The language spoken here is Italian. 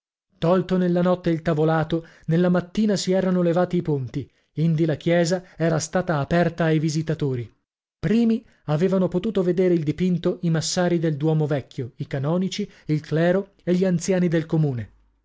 tolto nella notte il tavolato nella mattina si erano levati i ponti indi la chiesa era stata aperta ai visitatori primi avevano potuto vedere il dipinto i massari del duomo vecchio i canonici il clero e gli anziani del comune